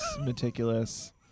meticulous